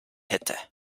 hätte